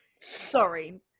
Sorry